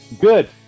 Good